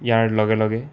ইয়াৰ লগে লগে